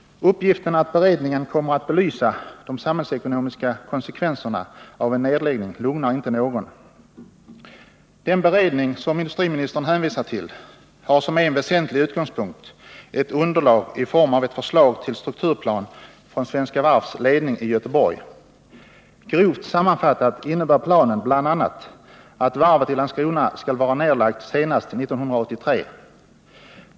Uppgiften att beredningen kommer att belysa de samhällsekonomiska konsekvenserna av en nedläggning lugnar inte någon. Den beredning som industriministern hänvisar till har som en väsentlig utgångspunkt ett underlag i form av ett förslag till strukturplan från Svenska Varvs ledning i Göteborg. Grovt sammanfattat innebär planen bl.a. att varvet i Landskrona skall vara nedlagt senast 1983.